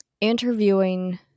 interviewing